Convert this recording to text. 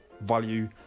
value